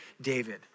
David